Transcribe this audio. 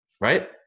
right